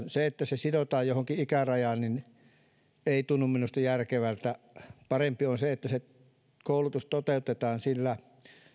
se että se sidotaan johonkin ikärajaan ei tunnu minusta järkevältä parempi on se että koulutus toteutetaan sillä